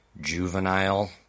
juvenile